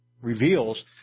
Reveals